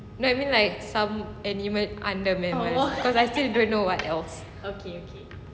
no I mean like some animal under mammal cause I still don't know what else